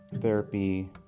therapy